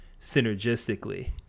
synergistically